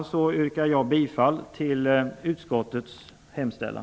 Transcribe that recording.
Med det anförda yrkar jag bifall till utskottets hemställan.